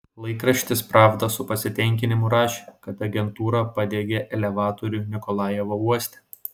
laikraštis pravda su pasitenkinimu rašė kad agentūra padegė elevatorių nikolajevo uoste